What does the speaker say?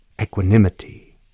equanimity